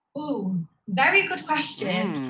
um very good question.